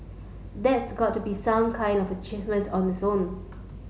that's got to be some kind of achievement on its own